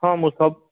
ହଁ ମୁଁ